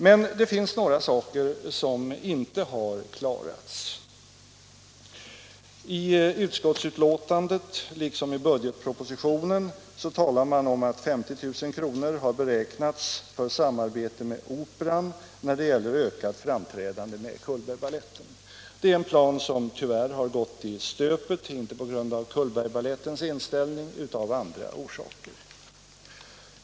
Men det finns några saker som inte har klarats. I utskottsbetänkandet liksom i budgetpropositionen talas det om att 50 000 kr. har beräknats för samarbete med Operan angående ökat framträdande med Cullbergbaletten. Det är en plan som tyvärr har gått i stöpet — dock inte på grund av Cullbergbalettens inställning, utan av andra orsaker.